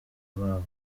babo